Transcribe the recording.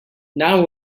now